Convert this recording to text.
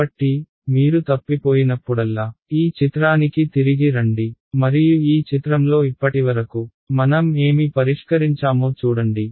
కాబట్టి మీరు తప్పిపోయినప్పుడల్లా ఈ చిత్రానికి తిరిగి రండి మరియు ఈ చిత్రంలో ఇప్పటివరకు మనం ఏమి పరిష్కరించామో చూడండి